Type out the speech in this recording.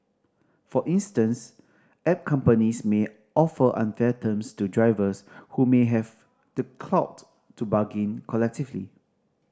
for instance app companies may offer unfair terms to drivers who may have the clout to bargain collectively